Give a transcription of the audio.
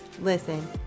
Listen